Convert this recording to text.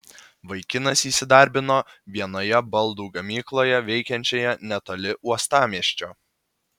vaikinas įsidarbino vienoje baldų gamykloje veikiančioje netoli uostamiesčio